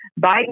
Biden